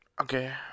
Okay